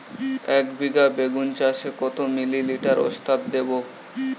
একবিঘা বেগুন চাষে কত মিলি লিটার ওস্তাদ দেবো?